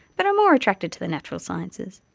but are more attracted to the natural sciences.